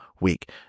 week